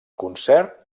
concert